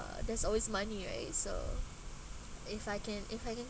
uh there's always money right so if I can if I can